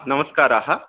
नमस्काराः